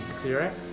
clear